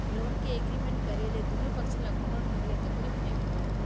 loan के agreement करे ले दुनो पक्छ ल कोनो ढंग ले तकलीफ नइ होवय